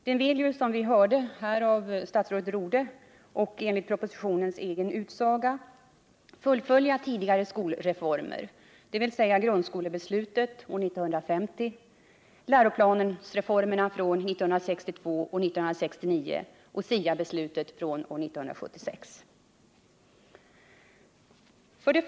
Den vill, som vi hörde av statsrådet Rodhe och enligt propositionens egen utsaga, fullfölja tidigare skolreformer, dvs. grundskolebeslutet år 1950, läroplansreformerna från år 1962 och 1969 samt SIA-beslutet från år 1976. 1.